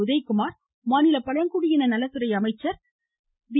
உதயகுமார் மாநில பழங்குடியின நலத்துறை அமைச்சர் பி